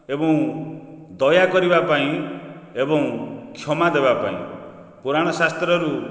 ଏବଂ ଦୟା କରିବା ପାଇଁ ଏବଂ କ୍ଷମା ଦେବା ପାଇଁ ପୁରାଣ ଶାସ୍ତ୍ରରୁ